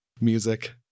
music